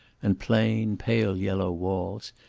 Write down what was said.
and plain, pale-yellow walls,